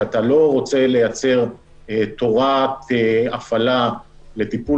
שאתה לא רוצה לייצר תורת הפעלה לטיפול